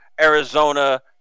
Arizona